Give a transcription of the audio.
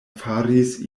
faris